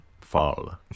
Fall